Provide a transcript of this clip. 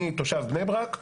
אני תושב בני ברק.